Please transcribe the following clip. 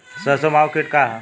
सरसो माहु किट का ह?